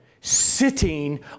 sitting